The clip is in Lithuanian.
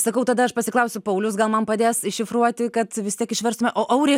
sakau tada aš pasiklausiu pauliaus gal man padės iššifruoti kad vis tiek išverstume o auri